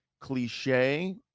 cliche